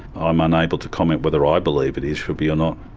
ah i'm unable to comment whether i believe it it should be or not.